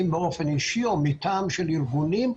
אם באופן אישי או מטעם של ארגונים,